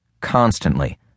constantly